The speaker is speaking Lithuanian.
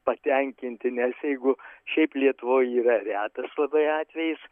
patenkinti nes jeigu šiaip lietuvoj yra retas labai atvejis